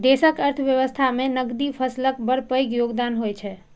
देशक अर्थव्यवस्था मे नकदी फसलक बड़ पैघ योगदान होइ छै